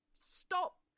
stop